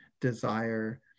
desire